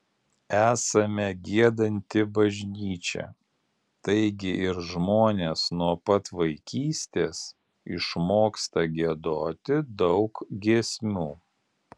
esame giedanti bažnyčia taigi ir žmonės nuo pat vaikystės išmoksta giedoti daug giesmių